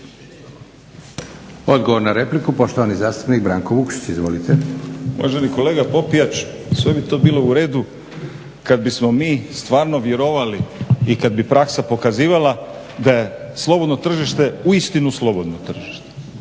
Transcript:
Branko (Hrvatski laburisti - Stranka rada)** Uvaženi kolega Popijač, sve bi to bilo u redu kad bismo mi stvarno vjerovali i kad bi praksa pokazivala da je slobodno tržište uistinu slobodno tržište.